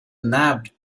nabbed